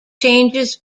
changes